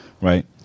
right